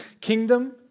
kingdom